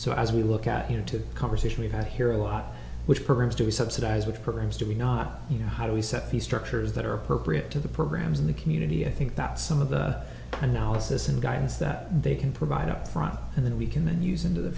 so as we look at you know two conversation we've had here a lot which programs do we subsidize with programs do we not you know how do we set fee structures that are appropriate to the programs in the community i think that some of the analysis and guidance that they can provide upfront and then we can then use into the